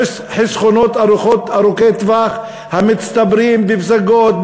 חסכונות ארוכי טווח המצטברים ב"פסגות",